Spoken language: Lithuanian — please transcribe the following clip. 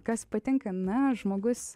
kas patinka na žmogus